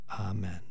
Amen